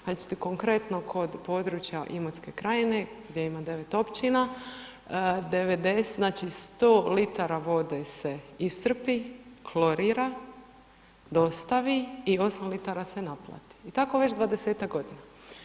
Znači, konkretno kod područja Imotske krajine gdje ima 9 općina, znači, 100 litara vode se iscrpi, klorira, dostavi i 8 litara se naplati i tako već 20-tak godina.